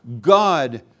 God